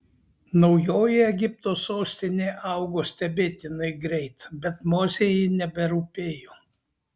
naujoji egipto sostinė augo stebėtinai greit bet mozei ji neberūpėjo